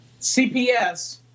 CPS